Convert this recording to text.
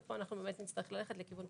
ופה אנחנו באמת נצטרך ללכת לכיוון פתרון אחר.